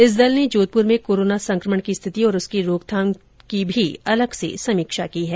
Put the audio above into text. इस दल ने जोधपुर में कोरोना संक्रमण की स्थिति और उसके रोकथाम की भी अलग से समीक्षा की है